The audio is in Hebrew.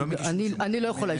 אני לא יכולה...